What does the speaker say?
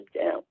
down